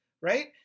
right